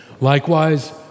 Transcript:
Likewise